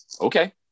okay